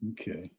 Okay